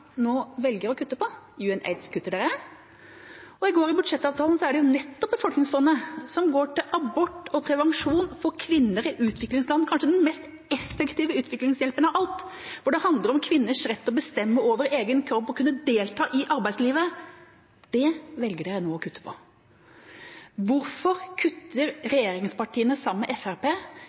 nå velger å kutte på. I går i budsjettavtalen er det nettopp UNAIDS og Befolkningsfondet man nå velger å kutte i – bevilgninger som går til abort og prevensjon for kvinner i utviklingsland, kanskje den mest effektive utviklingshjelpen av alt, hvor det handler om kvinners rett til å bestemme over egen kropp og å kunne delta i arbeidslivet.